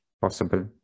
possible